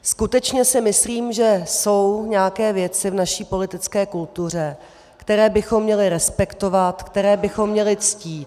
Skutečně si myslím, že jsou nějaké věci v naší politické kultuře, které bychom měli respektovat, které bychom měli ctít.